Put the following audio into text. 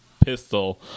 pistol